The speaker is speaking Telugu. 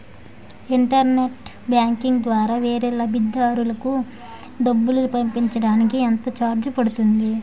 ఇంటర్నెట్ బ్యాంకింగ్ ద్వారా వేరే లబ్ధిదారులకు డబ్బులు పంపించటానికి ఎంత ఛార్జ్ పడుతుంది?